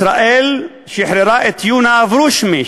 ישראל שחררה את יונה אברושמי,